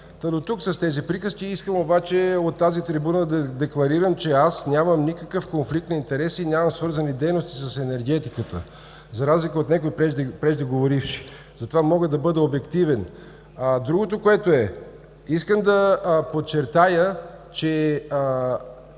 Тук с тези приказки искам от тази трибуна да декларирам, че нямам никакъв конфликт на интереси и нямам свързани дейности с енергетиката, за разлика от някои преждеговоривши. Затова мога да бъда обективен. Искам да подчертая, че